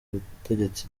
ubutegetsi